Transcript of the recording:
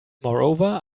moreover